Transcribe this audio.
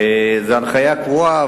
זו הנחיה קבועה,